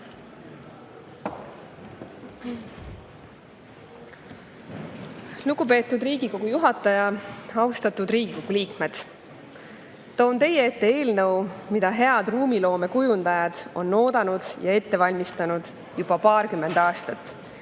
Lugupeetud Riigikogu juhataja! Austatud Riigikogu liikmed! Toon teie ette eelnõu, mida head ruumiloomekujundajad on oodanud ja ette valmistanud juba paarkümmend aastat